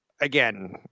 again